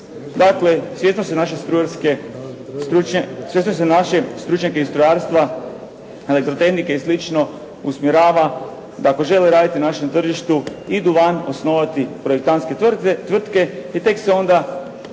se ne razumije./… stručnjake iz strojarstva, elektrotehnike i slično usmjerava da ako žele raditi na našem tržištu idu van osnovati projektantske tvrtke i tek se onda